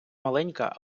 маленька